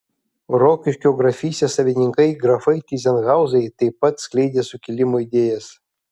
rokiškio grafystės savininkai grafai tyzenhauzai taip pat skleidė sukilimo idėjas